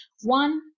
one